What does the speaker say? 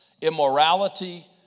immorality